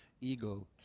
Ego